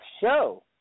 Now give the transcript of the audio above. show